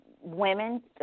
women